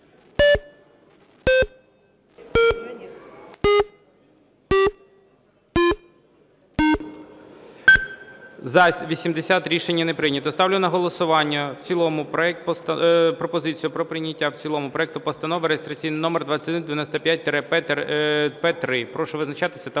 За-80 Рішення не прийнято. Ставлю на голосування пропозицію про прийняття в цілому проекту Постанови реєстраційний номер 2195-П3. Прошу визначатись та